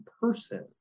person